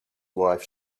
wife